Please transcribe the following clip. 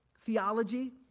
theology